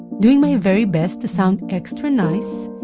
doing my very best to sound extra nice,